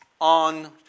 on